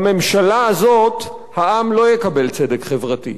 בממשלה הזאת העם לא יקבל צדק חברתי.